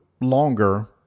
longer